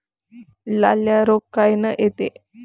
लाल्या रोग कायनं येते?